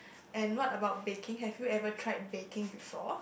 and what about baking have you ever tried baking before